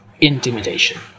intimidation